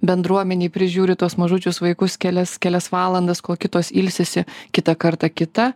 bendruomenėj prižiūri tuos mažučius vaikus kelias kelias valandas kol kitos ilsisi kitą kartą kita